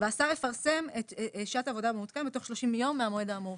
והשר יפרסם את שעת עבודה מעודכנת בתוך 30 יום מהמועד האמור".